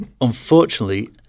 unfortunately